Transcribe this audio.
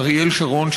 אריאל שרון,